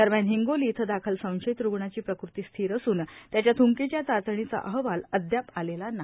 दरम्यान हिंगोली इथं दाखल संशयित रुग्णाची प्रकृती स्थिर असून त्याच्या थ्कीच्या चाचणीचा अहवाल अद्याप आलेला नाही